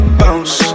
bounce